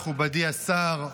מכובדי השר,